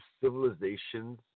civilizations